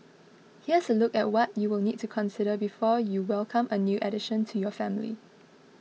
here's a look at what you will need to consider before you welcome a new addition to your family